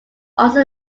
also